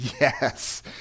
yes